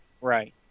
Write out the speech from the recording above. Right